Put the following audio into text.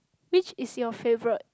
which is your favourite